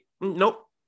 nope